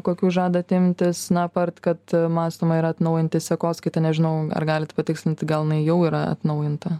kokių žadat imtis na apart kad mąstoma yra atnaujinti sekoskaitą nežinau ar galit patikslint gal jinai jau yra atnaujinta